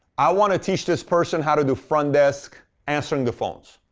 i want to teach this person how to do front desk answering the phones.